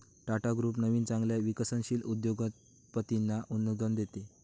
Tata group नवीन चांगल्या विकसनशील उद्योगपतींना अनुदान देते